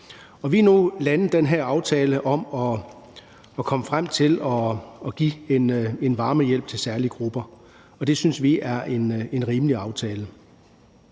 vi har nu landet den her aftale om at komme frem til at give en varmehjælp til særlige grupper, og det synes vi er en rimelig aftale.